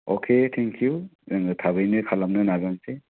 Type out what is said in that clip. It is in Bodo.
अके थेंकिउ जोङो थाबैनो खालामनो नाजानसै